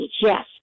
yes